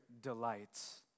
delights